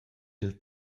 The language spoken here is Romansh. dil